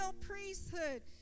priesthood